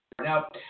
Now